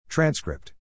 Transcript